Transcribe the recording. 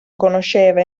conosceva